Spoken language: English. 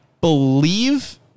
believe